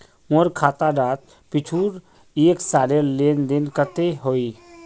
मोर खाता डात पिछुर एक सालेर लेन देन कतेक होइए?